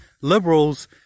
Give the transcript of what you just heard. Liberals